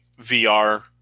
VR